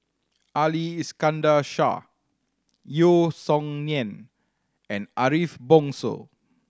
Ali Iskandar Shah Yeo Song Nian and Ariff Bongso